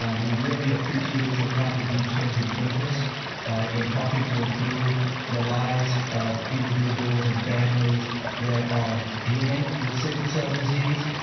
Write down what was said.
um we really appreciate your contributions and interest in helping to improve the lives of individuals and families that are dealing with sickle cell disease.